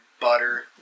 butter